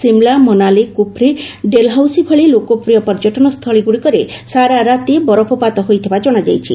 ସିମ୍ଲା ମନାଲି କୁଫ୍ରି ଓ ଡେଲ୍ହାଉସି ଭଳି ଲୋକପ୍ରିୟ ପର୍ଯ୍ୟଟନସ୍ଥଳୀଗୁଡ଼ିକରେ ସାରାରାତି ବରଫପାତ ହୋଇଥିବା ଜଣାଯାଇଛି